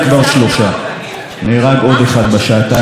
נהרג עוד אחד בשעתיים האחרונות בהרצליה,